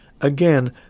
Again